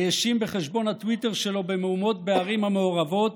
האשים בחשבון הטוויטר שלו במהומות בערים המעורבות